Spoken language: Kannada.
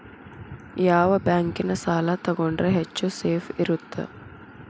ಯಾವ ಬ್ಯಾಂಕಿನ ಸಾಲ ತಗೊಂಡ್ರೆ ಹೆಚ್ಚು ಸೇಫ್ ಇರುತ್ತಾ?